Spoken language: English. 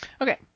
Okay